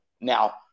now